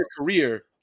career